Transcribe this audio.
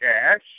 cash